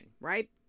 right